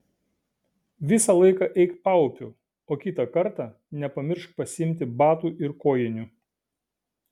visą laiką eik paupiu o kitą kartą nepamiršk pasiimti batų ir kojinių